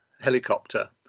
helicopter